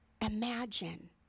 imagine